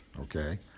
okay